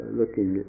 looking